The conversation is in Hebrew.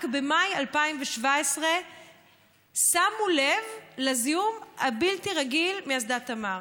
רק במאי 2017 שמו לב לזיהום הבלתי-רגיל מאסדת תמר.